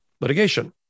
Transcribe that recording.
litigation